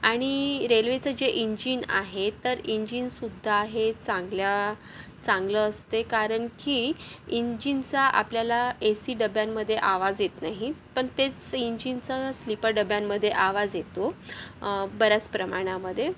आणि रेल्वेचं जे इंजिन आहे तर इंजिनसुद्धा हे चांगल्या चांगलं असते कारण की इंजिनचा आपल्याला ए सी डब्यांमध्ये आवाज येत नाही पण तेच इंजिनचा स्लीपर डब्यांमधे आवाज येतो बऱ्याच प्रमाणामध्ये